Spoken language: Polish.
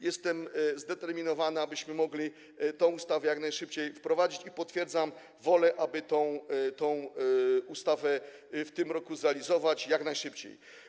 Jestem zdeterminowany, abyśmy mogli tę ustawę jak najszybciej wprowadzić, i potwierdzam wolę, aby tę ustawę w tym roku zrealizować jak najszybciej.